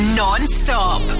non-stop